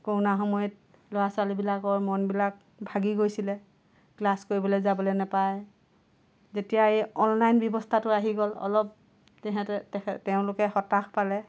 corona সময়ত ল'ৰা ছোৱালীবিলাকৰ মনবিলাক ভাগি গৈছিলে ক্লাছ কৰিবলৈ যাবলৈ নাপায় যেতিয়া এই অনলাইন ব্যৱস্থাটো আহি গ'ল অলপ তেহেতে তেওঁলোকে হতাশ পালে